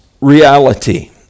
reality